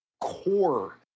core